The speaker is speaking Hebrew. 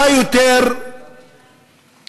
מה יותר בסיסי?